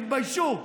תתביישו.